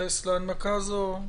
להתייחס להנמקה הזאת?